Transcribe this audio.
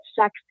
sex